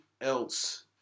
else